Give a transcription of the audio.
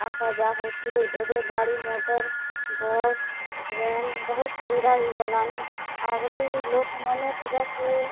ଆଶା ଯା ହଉଥିଲେ ଏବେ ଗାଡ଼ି ମଟର୍ ବସ୍ ଟ୍ରେନ୍ ବହୁତ୍ ସୁବିଧା ହେଇଗଲାନି ଆଗ୍ଲି ଲୋକ୍ ମନେ ପୁରା ସେ